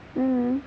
mmhmm